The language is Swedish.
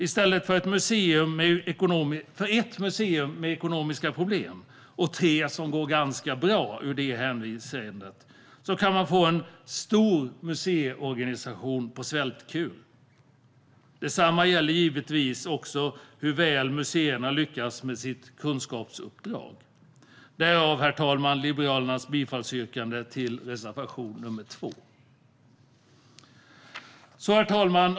I stället för ett museum med ekonomiska problem och tre som går ganska bra i det hänseendet kan man få en stor museiorganisation på svältkur. Detsamma gäller givetvis också hur väl museerna lyckas med sitt kunskapsuppdrag. Därav, herr talman, kommer Liberalernas bifallsyrkande till reservation 2. Herr talman!